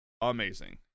Amazing